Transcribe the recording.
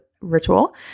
ritual